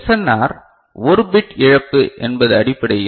R ஒரு bit இழப்பு என்பது அடிப்படையில் 6